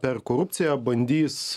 per korupciją bandys